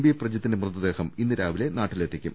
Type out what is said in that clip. V പ്രജിത്തിന്റെ മൃതദേഹം ഇന്ന് രാവിലെ നാട്ടിലെത്തിക്കും